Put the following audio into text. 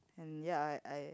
and ya I I